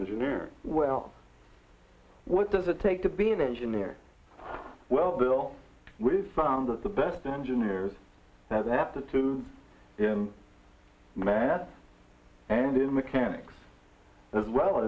engineer well what does it take to be an engineer well bill we've found that the best engineers now that the two in math and in mechanics as well